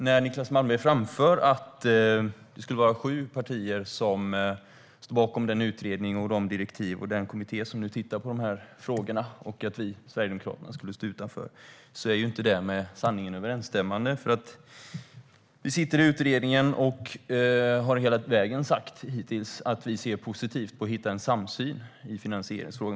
När Niclas Malmberg framför att det skulle vara sju partier som står bakom den utredning, de direktiv och den kommitté som nu tittar på de här frågorna och att vi i Sverigedemokraterna skulle stå utanför är det inte med sanningen överensstämmande. Vi sitter med i utredningen och har hela vägen hittills sagt att vi ser positivt på att hitta en samsyn i finansieringsfrågan.